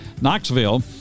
Knoxville